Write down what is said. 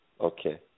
Okay